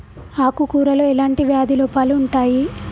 ఆకు కూరలో ఎలాంటి వ్యాధి లోపాలు ఉంటాయి?